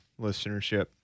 listenership